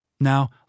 Now